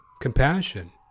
compassion